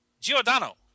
Giordano